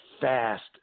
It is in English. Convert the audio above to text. fast